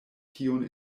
tiun